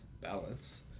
balance